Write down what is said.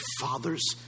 fathers